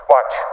Watch